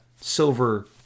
silver